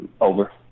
Over